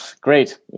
great